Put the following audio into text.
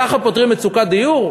ככה פותרים מצוקת דיור?